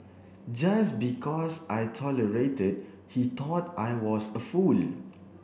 just because I tolerated he thought I was a fool